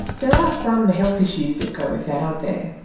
there are some health issues that go with that, aren't there?